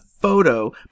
photo